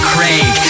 Craig